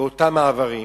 באותם מעברים,